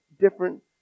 different